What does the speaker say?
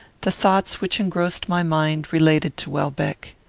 the thoughts which engrossed my mind related to welbeck.